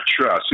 trust